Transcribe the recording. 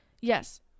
yes